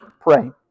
Pray